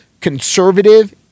conservative